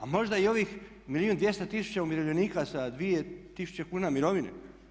A možda i ovih milijun i 200 tisuća umirovljenika sa 2 tisuće kuna mirovine.